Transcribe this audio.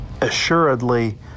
assuredly